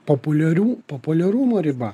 populiarių populiarumo riba